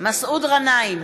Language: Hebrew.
מסעוד גנאים,